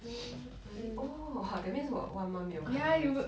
mm really oh that means 我 one month 没有看了